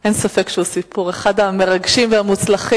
אין ספק שהוא סיפור, אחד המרגשים והמוצלחים.